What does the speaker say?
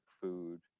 food